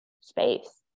Space